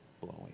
blowing